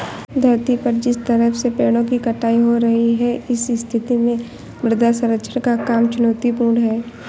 धरती पर जिस तरह से पेड़ों की कटाई हो रही है इस स्थिति में मृदा संरक्षण का काम चुनौतीपूर्ण है